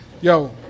Yo